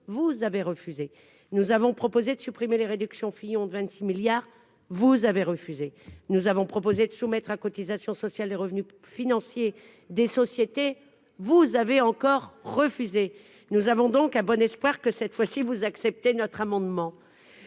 vous avez refusé, nous avons proposé de supprimer les réductions Fillon de 26 milliards vous avez refusé, nous avons proposé de soumettre à cotisation sociale : les revenus financiers des sociétés. Vous avez encore refusé, nous avons donc a bon espoir que cette fois-ci, vous acceptez notre amendement